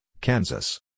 Kansas